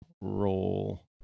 roll